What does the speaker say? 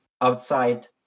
outside